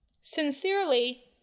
Sincerely